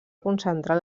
concentrar